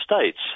States